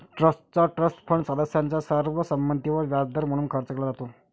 ट्रस्टचा trust fund सदस्यांच्या सर्व संमतीवर व्याजदर म्हणून खर्च केला जातो